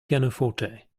pianoforte